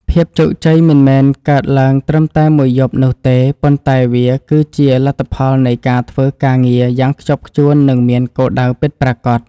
ភាពជោគជ័យមិនមែនកើតឡើងត្រឹមតែមួយយប់នោះទេប៉ុន្តែវាគឺជាលទ្ធផលនៃការធ្វើការងារយ៉ាងខ្ជាប់ខ្ជួន និងមានគោលដៅពិតប្រាកដ។